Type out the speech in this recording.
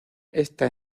esta